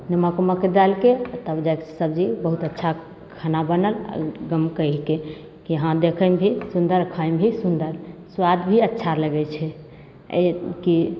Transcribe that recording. नमक ओमक डालिके तब जाके सबजी बहुत अच्छा खाना बनल ओ गमकै हिकै कि हँ देखैमे भी सुंदर खाएमे भी सुंदर स्वाद भी अच्छा लगैत छै एहि कि